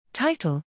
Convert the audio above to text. Title